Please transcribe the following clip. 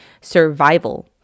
survival